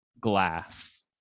glass